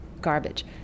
garbage